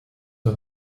auf